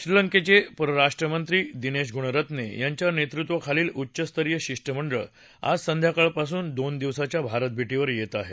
श्रीलंकेचे परराष्ट्रमंत्री दिनेश गुणरत्ने यांच्या नेतृत्वाखालील उच्चस्तरीय शिष्ठ मंडळ आज संध्याकाळ पासून दोन दिवसाच्या भारतभेटीवर येत आहे